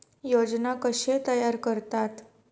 योजना कशे तयार करतात?